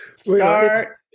Start